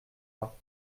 pas